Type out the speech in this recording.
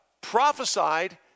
prophesied